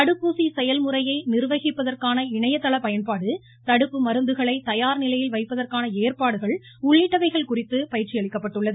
தடுப்பூசி செயல்முறையை நிர்வகிப்பதற்கான இணையதள பயன்பாடு தடுப்பு மருந்துகளை தயார் நிலையில் வைப்பதற்கான ஏற்பாடுகள் உள்ளிட்டவைகள் குறித்து பயிற்சி அளிக்கப்பட்டுள்ளது